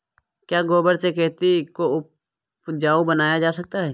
क्या गोबर से खेती को उपजाउ बनाया जा सकता है?